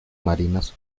marinas